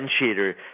differentiator